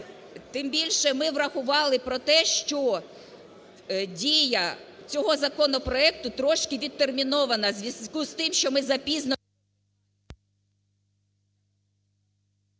тим більше, ми врахували про те, що дія цього законопроекту трошкивідтермінована у зв'язку з тим, що ми запізно…